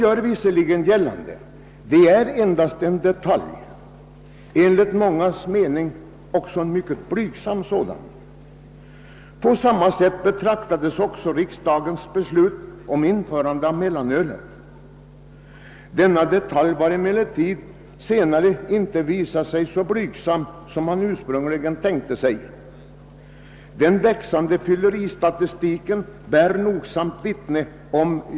Nu vill man göra gällande att detta är endast en detalj — en i mångas mening mycket blygsam sådan — men så betraktades också riksdagens beslut om införande av mellanöl. Den detaljen har emellertid sedan visat sig vara mycket mindre blygsam än man ursprungligen tänkte sig. De växande siffrorna i fylleristatistiken bär nogsamt vittne därom.